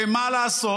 ומה לעשות,